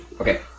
Okay